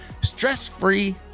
stress-free